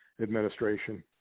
administration